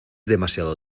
demasiado